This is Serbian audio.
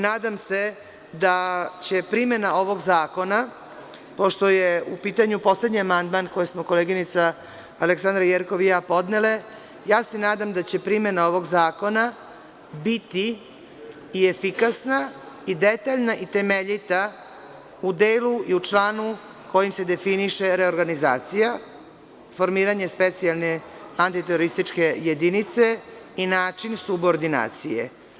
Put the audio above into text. Nadam se da će primena ovog zakona, pošto je u pitanju poslednji amandman koji smo koleginica Aleksandra Jerkov i ja podnele, ja se nadam da će primena ovog zakona biti i efikasna, i detaljna, i temeljita, u delu i u članu kojim se definiše reorganizacija, formiranje specijalne atiterorističke jedinice i način subordinacije.